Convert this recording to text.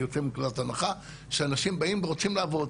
אני יוצא מנקודת הנחה שאנשים באים ורוצים לעבוד.